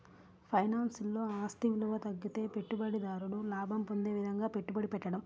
ఫైనాన్స్లో, ఆస్తి విలువ తగ్గితే పెట్టుబడిదారుడు లాభం పొందే విధంగా పెట్టుబడి పెట్టడం